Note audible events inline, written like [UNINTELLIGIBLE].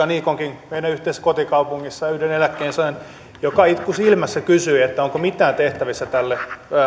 [UNINTELLIGIBLE] niikonkin yhteisessä kotikaupungissa yhden eläkkeensaajan joka itku silmässä kysyi onko mitään tehtävissä tälle